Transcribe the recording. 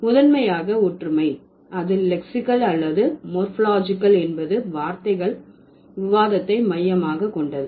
முதன்மையாக ஒற்றுமை அது லெக்சிகல் அல்லது மோர்பாலஜிகல் என்பது வார்த்தைகள் விவாதத்தை மையமாக கொண்டது